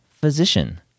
physician